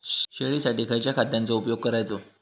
शेळीसाठी खयच्या खाद्यांचो उपयोग करायचो?